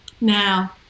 Now